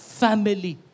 family